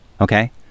Okay